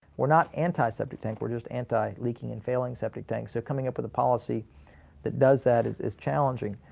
we're not anti septic tanks, we're just anti leaking and failing septic tanks. so coming up with a policy that does that is is challenging.